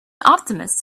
optimist